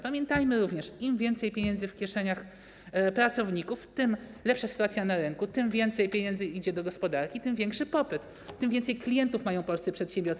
Pamiętajmy również, że im więcej pieniędzy w kieszeniach pracowników, tym lepsza sytuacja na rynku, tym więcej pieniędzy idzie do gospodarki, tym większy popyt, tym więcej klientów mają polscy przedsiębiorcy.